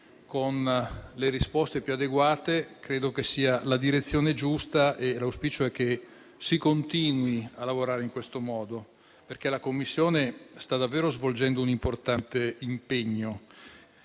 con le risposte più adeguate, credo che sia la direzione giusta e l'auspicio è che si continui a lavorare in questo modo, perché la Commissione sta davvero svolgendo un importante impegno.